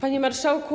Panie Marszałku!